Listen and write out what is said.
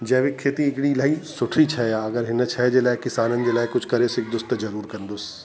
जैविक खेती हिकिड़ी इलाही सुठी शइ आहे अगरि हिन शइ जे लाइ किसाननि जे लाइ कुझु करे सघंदुसि त ज़रूरु कंदुसि